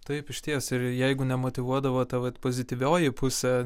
taip išties ir jeigu nemotyvuodavo ta vat pozityvioji pusė